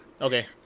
Okay